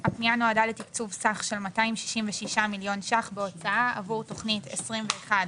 הפנייה נועדה לתקצוב סך של 266 ₪ בהוצאה עבור תכנית 211101,